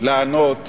לענות